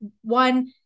one